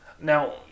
Now